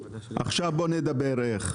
ועכשיו בוא נדבר איך,